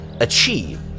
achieve